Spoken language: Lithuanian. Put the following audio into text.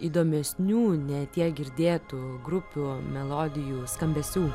įdomesnių ne tiek girdėtų grupių melodijų skambesių